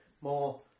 more